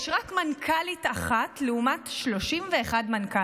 יש רק מנכ"לית אחת לעומת 31 מנכ"לים,